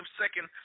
second